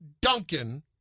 Duncan